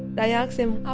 but i asked them,